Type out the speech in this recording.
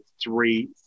three